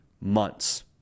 months